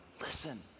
Listen